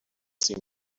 seem